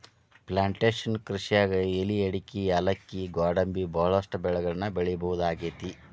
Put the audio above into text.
plantation ಕೃಷಿಯಾಗ್ ಎಲಿ ಅಡಕಿ ಯಾಲಕ್ಕಿ ಗ್ವಾಡಂಬಿ ಬಹಳಷ್ಟು ಬೆಳಿಗಳನ್ನ ಬೆಳಿಬಹುದಾಗೇತಿ